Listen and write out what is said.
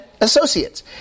associates